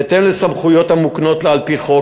בהתאם לסמכויות המוקנות לה על-פי חוק,